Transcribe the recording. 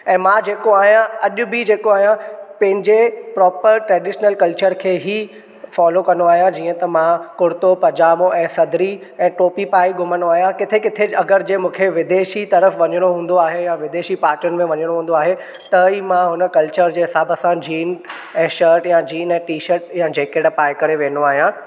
ऐं मां जेको आहियां अॼ बि जेको आहियां पंहिंजे प्रोपर ट्रेडिश्नल कल्चर खे ई फॉलो कंदो आहियां जीअं त मां कुर्तो पजामों ऐं सदरी ऐं टोपी पाए घुमंदो आहियां किथे किथे अगरि जंहिं मूंखे विदेशी तर्फ़ु वञिणो हूंदो आहे या विदेशी पार्टीयुनि में वञिणो हूंदो आहे त ई मां हुन कल्चर जे हिसाब सां असां जीन ऐं शर्ट या जीन ऐं टीशर्ट या जेकिट पाए करे वेंदो आहियां